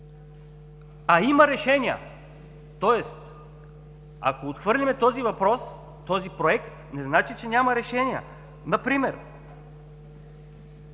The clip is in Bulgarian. Има решения, тоест, ако отхвърлим този въпрос, този проект, не значи, че няма решения. Например: